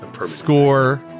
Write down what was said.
Score